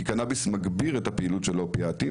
כי קנביס מגביר את הפעילות של האופיאטים,